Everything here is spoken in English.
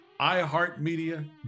iHeartMedia